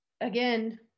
Again